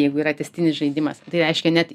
jeigu yra tęstinis žaidimas tai reiškia net